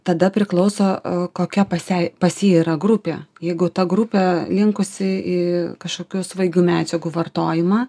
tada priklauso kokia pas ją pas jį yra grupė jeigu ta grupė linkusi į kažkokius svaigių medžiagų vartojimą